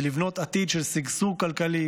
ולבנות עתיד של שגשוג כלכלי,